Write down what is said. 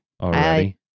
already